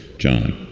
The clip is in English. john,